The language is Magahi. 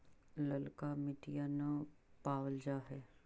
ललका मिटीया न पाबल जा है?